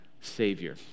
savior